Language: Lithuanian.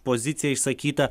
poziciją išsakytą